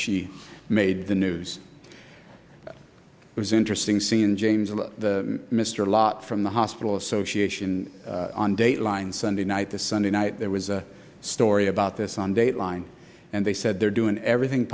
she made the news it was interesting seeing james and mr lott from the hospital association on dateline sunday night this sunday night there was a story about this on dateline and they said they're doing everything